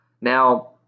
Now